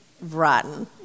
rotten